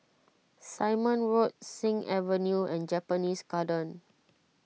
Simon Road Sing Avenue and Japanese Garden